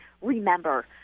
remember